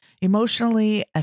emotionally